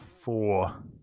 four